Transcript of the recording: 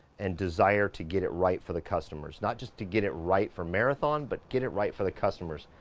and desire to get it right for the customers, not just to get it right for marathon, but get it right for the customers.